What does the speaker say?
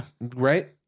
Right